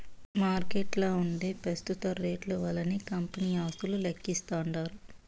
మార్కెట్ల ఉంటే పెస్తుత రేట్లు వల్లనే కంపెనీ ఆస్తులు లెక్కిస్తాండారు